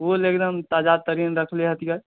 फूल एकदम ताजा तरीन रखने हतियन